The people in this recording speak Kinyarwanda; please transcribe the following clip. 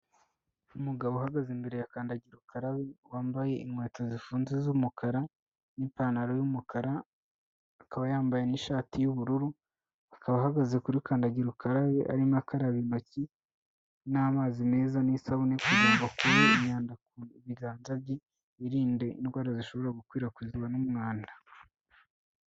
Umugabo uhagaze imbere ya kandagira ukara wambaye inkweto zifunze z'umukara n'ipantaro y'umukara akaba yambaye n'ishati y'ubururu, akaba ahagaze kuri kandagira ukarabe arimo akaraba intoki n'amazi meza n'isabunekugira ngo akure imyanda ku biganza bye yirinde indwara zishobora gukwirakwizwa n'umwanda.